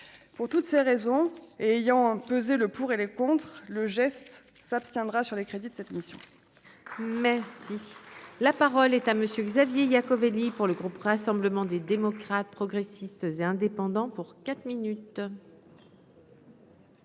pour toutes ces raisons, et ayant pesé le pour et les contre le geste s'abstiendra sur les crédits de cette mission. Mais si la parole est à monsieur Xavier Iacovelli pour le groupe. Rassemblement des démocrates progressistes et indépendants pour quatre minutes.